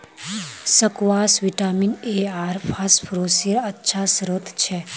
squash vitamin A आर फस्फोरसेर अच्छा श्रोत छ